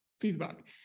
feedback